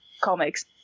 comics